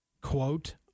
quote